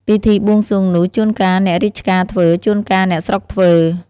ពិធីបួងសួងនោះ ចួនកាលអ្នករាជការធ្វើ ចួនកាលអ្នកស្រុកធ្វើ ។